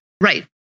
Right